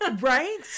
Right